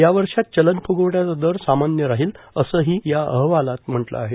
या वर्षात चलन फ्गवट्याचा दर सामान्य राहीलए असंही या अहवालात म्हटलं आहे